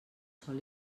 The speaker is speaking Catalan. sòl